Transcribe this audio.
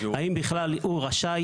האם בכלל הוא רשאי?